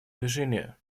движение